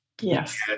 Yes